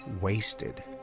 wasted